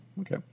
okay